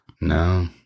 No